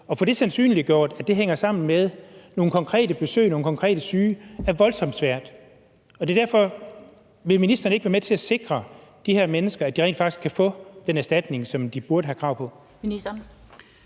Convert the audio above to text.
At få sandsynliggjort, at det hænger sammen med nogle konkrete besøg og nogle konkrete syge er voldsomt svært. Og derfor: Vil ministeren ikke være med til at sikre, at de her mennesker rent faktisk kan få den erstatning, som de burde have krav på?